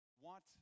want